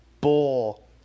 bull